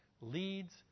leads